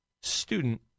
student